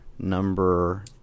number